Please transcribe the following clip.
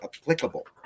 applicable